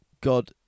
God